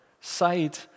side